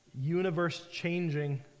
universe-changing